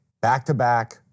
Back-to-back